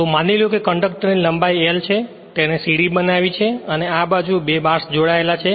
તો માની લો કે કન્ડક્ટર ની લંબાઈ l છે અને તેણે સીડી બનાવી છે અને બંને બાજુ બે બાર્સ જોડાયેલા છે